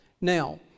Now